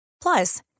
Plus